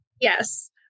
Yes